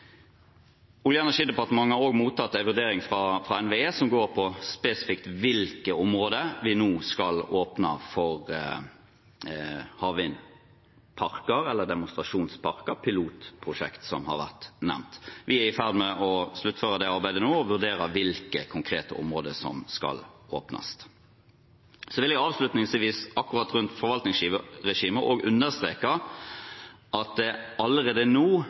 Olje- og energidepartementet har også mottatt en vurdering fra NVE som spesifikt går på hvilke områder vi nå skal åpne for havvindparker eller demonstrasjonsparker – pilotprosjekter som har vært nevnt. Vi er nå i ferd med å sluttføre det arbeidet og vurderer hvilke konkrete områder som skal åpnes. Så vil jeg avslutningsvis rundt forvaltningsregimet også understreke at det etter havenergiloven allerede